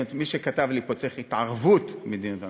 למי שכתב לי פה, צריך: התערבות מדיניות הממשלה.